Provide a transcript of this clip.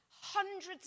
hundreds